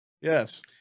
Yes